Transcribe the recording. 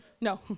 no